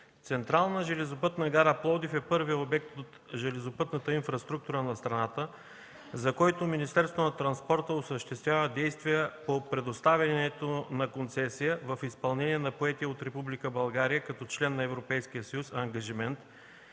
Централна железопътна гара Пловдив е първият обект от железопътната инфраструктура на страната, за който Министерството на транспорта осъществява действия по предоставянето на концесия в изпълнение на поетия от Република България като член на Европейския съюз ангажимент